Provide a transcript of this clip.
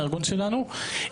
הארגון שלנו,